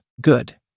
Good